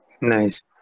Nice